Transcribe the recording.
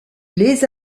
les